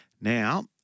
Now